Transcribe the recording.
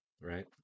right